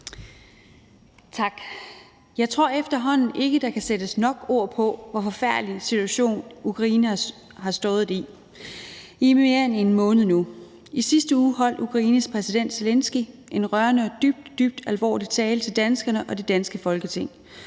Jeg tror efterhånden ikke, der kan sættes nok ord på, hvor forfærdelig en situation Ukraine har stået i i mere end en måned nu. I sidste uge holdt Ukraines præsident Zelenskyj en rørende og dybt, dybt alvorlig tale til danskerne og det danske Folketing